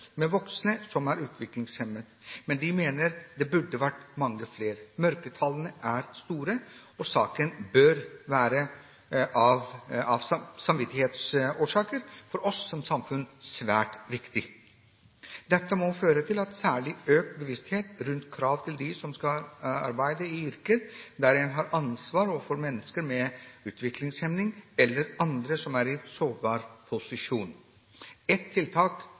med voksne utviklingshemmede, men man mener det burde vært mange flere. Mørketallene er store, og saken bør av samvittighetsgrunner for oss som samfunn være svært viktig. Dette må føre til en særlig økt bevissthet rundt krav til dem som skal arbeide i yrker der en har ansvar for mennesker med utviklingshemning eller andre som er i en sårbar posisjon. Ett tiltak